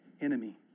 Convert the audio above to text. enemy